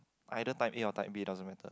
either type A or type B it doesn't matter